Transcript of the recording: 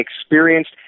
experienced